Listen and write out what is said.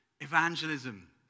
Evangelism